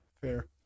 fair